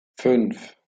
fünf